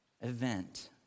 event